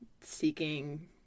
seeking